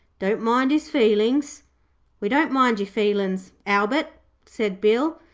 don't mind his feelings we don't mind your feelin's, albert said bill.